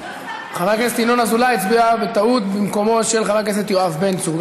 חבר הכנסת ינון אזולאי הצביע בטעות במקומו של חבר הכנסת יואב בן צור,